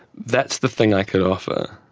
that's the thing i could offer.